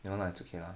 no lah it's okay lah